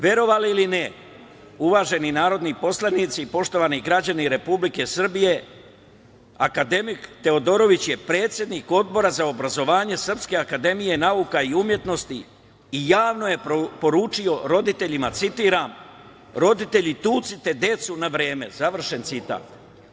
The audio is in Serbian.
Verovali ili ne, uvaženi narodni poslanici i poštovani građani Republike Srbije, akademik Teodorović je predsednik Odbora za obrazovanje SANU i javno je poručio roditeljima, citiram: „Roditelji tucite decu na vreme“, završen citat.